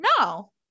no